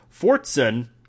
Fortson